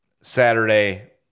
saturday